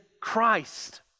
Christ